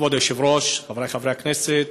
כבוד היושב-ראש, חברי חברי הכנסת,